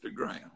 Instagram